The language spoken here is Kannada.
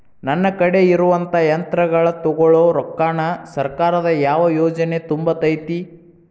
ನನ್ ಕಡೆ ಇರುವಂಥಾ ಯಂತ್ರಗಳ ತೊಗೊಳು ರೊಕ್ಕಾನ್ ಸರ್ಕಾರದ ಯಾವ ಯೋಜನೆ ತುಂಬತೈತಿ?